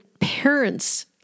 parents